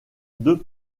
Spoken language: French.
deux